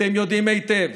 אתם יודעים היטב